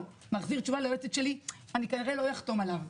מחזיר תשובה ליועצת שלי: אני כנראה לא אחתום עליה,